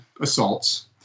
assaults